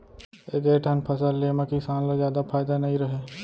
एके ठन फसल ले म किसान ल जादा फायदा नइ रहय